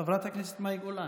חברת הכנסת מאי גולן,